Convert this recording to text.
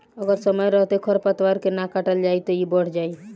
अगर समय रहते खर पातवार के ना काटल जाइ त इ बढ़ जाइ